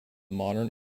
modern